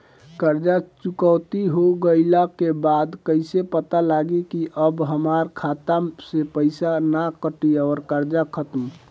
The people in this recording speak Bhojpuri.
कर्जा चुकौती हो गइला के बाद कइसे पता लागी की अब हमरा खाता से पईसा ना कटी और कर्जा खत्म?